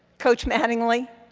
coach mattingly,